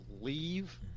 leave